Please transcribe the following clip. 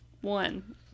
One